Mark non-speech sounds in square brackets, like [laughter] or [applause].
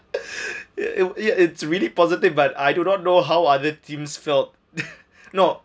ya it ya it's really positive but I do not know how other teams felt [breath] no